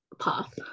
path